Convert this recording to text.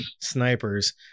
snipers